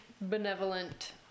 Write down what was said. benevolent